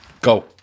Go